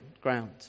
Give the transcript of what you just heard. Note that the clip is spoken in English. ground